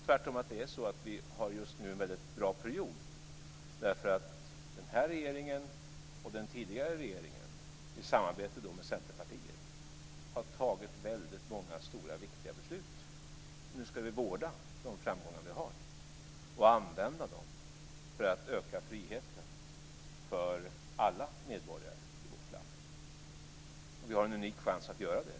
Tvärtom är det just nu en bra period, därför att den här regeringen och den tidigare regeringen, i samarbete med Centerpartiet, har fattat många stora och viktiga beslut. Nu ska vi vårda de framgångar vi har och använda dem för att öka friheten för alla medborgare i vårt land. Vi har en unik chans att göra detta.